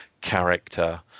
character